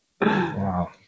wow